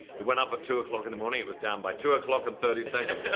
it went up at two o'clock in the morning, it was down by two o'clock and thirty seconds.